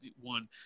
one